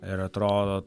ir atrodo